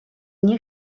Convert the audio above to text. nie